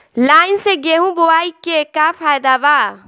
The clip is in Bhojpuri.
लाईन से गेहूं बोआई के का फायदा बा?